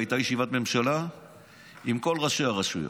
והייתה ישיבת ממשלה עם כל ראשי הרשויות.